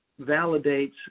validates